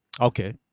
Okay